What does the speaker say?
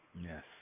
Yes